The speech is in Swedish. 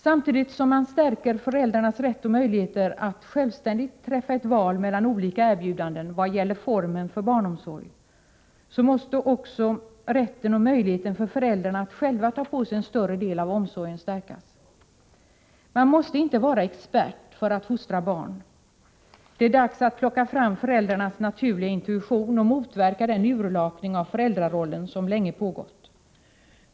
Samtidigt som föräldrarnas rätt och möjligheter att självständigt träffa ett val mellan olika erbjudanden stärks vad gäller formen för barnomsorg måste också rätten och möjligheten för föräldrarna att själva ta på sig en större del av omsorgen stärkas. Man måste inte vara ”expert” för att fostra barn. Det är dags att plocka fram föräldrarnas naturliga intuition och motverka den urlakning av föräldrarollen som länge pågått.